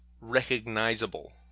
recognizable